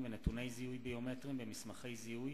ונתוני זיהוי ביומטריים במסמכי זיהוי